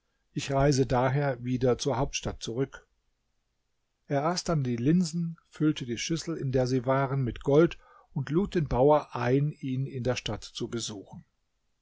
ich reise daher wieder zur hauptstadt zurück er aß dann die linsen füllte die schüssel in der sie waren mit gold und lud den bauer ein ihn in der stadt zu besuchen